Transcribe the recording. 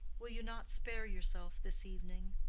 will you not spare yourself this evening?